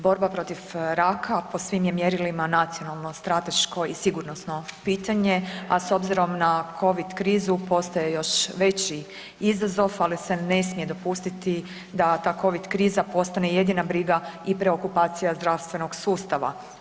Borba protiv raka po svim je mjerilima nacionalno strateško i sigurnosno pitanje, a s obzirom na covid krizu postaje još veći izazov ali se ne smije dopustiti da ta covid kriza postane jedina briga i preokupacija zdravstvenog sustava.